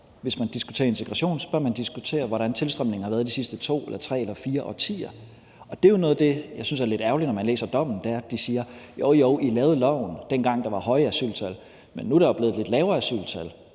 Hvis man diskuterer integration, bør man diskutere, hvordan tilstrømningen har været de sidste to eller tre eller fire årtier. Noget af det, jeg synes er lidt ærgerligt, når man læser dommen, er, at de siger: Jo, jo, I lavede loven, dengang der var høje asyltal, men nu er der jo blevet lidt lavere asyltal,